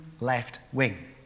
left-wing